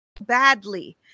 badly